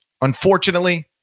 Unfortunately